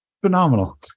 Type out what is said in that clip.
phenomenal